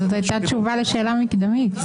זאת הייתה תשובה לשאלה מקדמית.